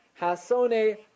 hasone